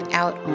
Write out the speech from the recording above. out